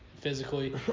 physically